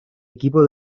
equipo